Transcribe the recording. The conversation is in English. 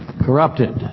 Corrupted